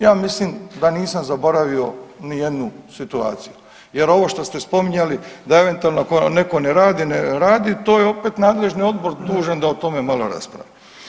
Ja mislim da nisam zaboravio ni jednu situaciju jer ovo što ste spominjali da eventualno ko neko ne radi, ne radi to je opet nadležni odbor dužan da o tome malo raspravi.